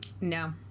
No